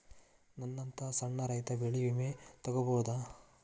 ನನ್ನಂತಾ ಸಣ್ಣ ರೈತ ಬೆಳಿ ವಿಮೆ ತೊಗೊಬೋದ?